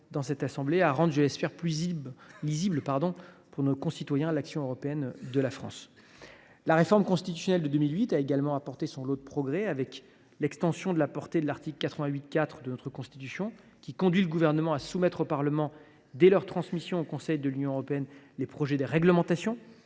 dans cette assemblée et à rendre, je l’espère, plus lisible pour nos concitoyens l’action européenne de la France. La réforme constitutionnelle de 2008 a également apporté son lot de progrès. Je pense à l’extension de la portée de l’article 88 4 de notre Constitution, qui conduit le Gouvernement à soumettre au Parlement, dès leur transmission au Conseil de l’Union européenne, les projets de réglementations